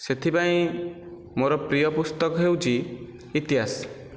ସେଥିପାଇଁ ମୋର ପ୍ରିୟ ପୁସ୍ତକ ହେଉଛି ଇତିହାସ